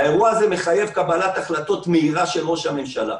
האירוע הזה מחייב קבלת החלטות מהירה של ראש הממשלה.